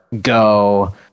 go